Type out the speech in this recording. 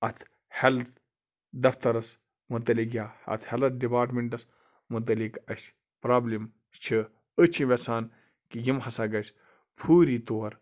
اَتھ ہٮ۪لٕتھ دَفتَرَس مُتعلِق یا اَتھ ہٮ۪لٕتھ ڈِپاٹمٮ۪نٛٹَس مُتعلِق اَسہِ پرٛابلِم چھِ أسۍ چھِ یَژھان کہِ یِم ہَسا گَژھِ فوٗری طور